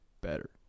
better